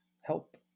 help